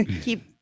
keep